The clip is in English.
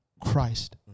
Christ